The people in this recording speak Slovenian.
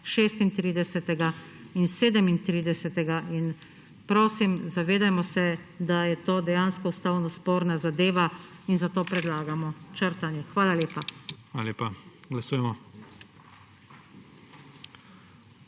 36. in 37. Prosim, zavedajmo se, da je to dejansko ustavno sporna zadeva; in zato predlagamo črtanje. Hvala lepa. PREDSEDNIK IGOR